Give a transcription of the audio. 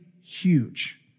huge